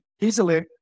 easily